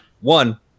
One